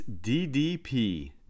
DDP